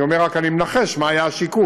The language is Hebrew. אני אומר, אני מנחש מה היה השיקול.